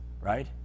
right